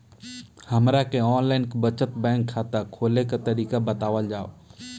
हमरा के online बचत बैंक खाता खोले के तरीका बतावल जाव?